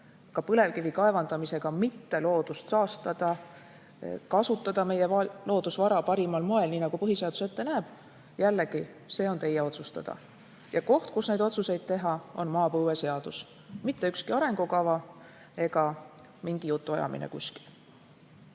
ka põlevkivi kaevandamisega mitte loodust saastada, kasutada meie loodusvara parimal moel, nii nagu põhiseadus ette näeb – jällegi, see on teie otsustada. Koht, kus neid otsuseid teha, on maapõueseadus, mitte ükski arengukava ega mingi jutuajamine kuskil.